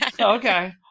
okay